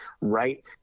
right